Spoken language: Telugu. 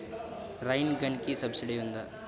రైన్ గన్కి సబ్సిడీ ఉందా?